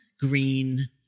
green